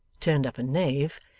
turned up a knave,